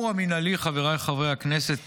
חבריי חברי הכנסת,